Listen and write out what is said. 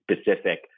specific